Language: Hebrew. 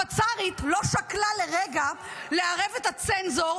הפצ"רית לא שקלה לרגע לערב את הצנזור,